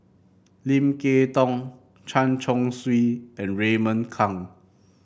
Lim Kay Tong Chen Chong Swee and Raymond Kang